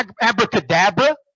abracadabra